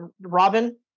Robin